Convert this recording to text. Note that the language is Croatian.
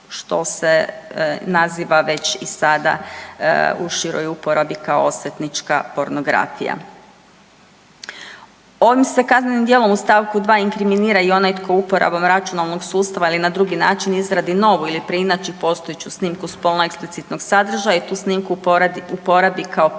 što se iz naziva već i sad u široj uporabi kao osvetnička pornografija. Ovim se kaznenim djelom u st. 2. inkriminira i onaj tko uporabom računalnog sustava ili na drugi način izradi novu ili preinači postojeću snimku spolno eksplicitnog sadržaja i tu snimku uporabi kao pravu